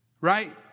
right